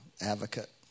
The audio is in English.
Advocate